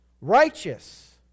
Righteous